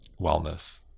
wellness